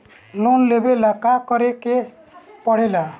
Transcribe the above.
Loan लेबे ला का करे के पड़े ला?